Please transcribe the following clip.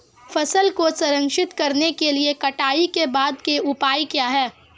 फसल को संरक्षित करने के लिए कटाई के बाद के उपाय क्या हैं?